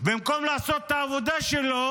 במקום לעשות את העבודה שלו,